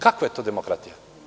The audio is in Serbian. Kakva je to demokratija?